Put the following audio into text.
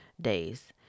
days